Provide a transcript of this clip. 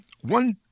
One